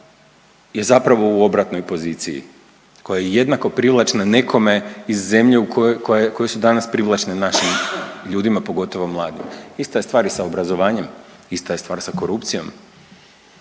je zapravo u obratnoj poziciji, koja je jednako privlačna nekome iz zemlje u kojoj, koja, koje su danas privlačne našim ljudima, pogotovo mladima. Ista je stvar i sa obrazovanjem i ista je stvar sa korupcijom.